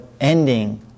ending